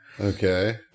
Okay